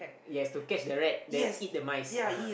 yes to catch the rat then eat the mice ah